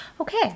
Okay